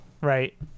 Right